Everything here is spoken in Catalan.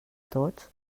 tots